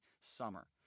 summer